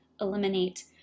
eliminate